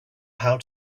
how